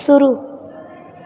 शुरू